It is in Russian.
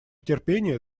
терпение